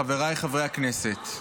חבריי חברי הכנסת,